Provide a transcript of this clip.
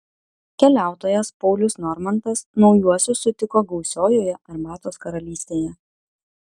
keliautojas paulius normantas naujuosius sutiko gausiojoje arbatos karalystėje